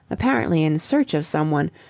apparently in search of someone,